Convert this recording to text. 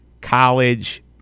College